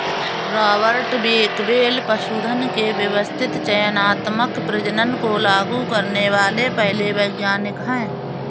Robert Bakewell पशुधन के व्यवस्थित चयनात्मक प्रजनन को लागू करने वाले पहले वैज्ञानिक है